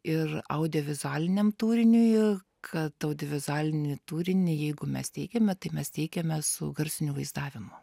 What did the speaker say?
ir audiovizualiniam turiniui kad audiovizualinį turinį jeigu mes teikiame tai mes teikiame su garsiniu vaizdavimu